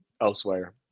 elsewhere